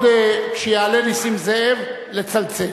כשיעלה נסים זאב, לצלצל.